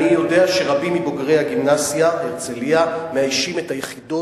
אני יודע שרבים מבוגרי הגימנסיה "הרצליה" מאיישים את היחידות